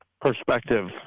perspective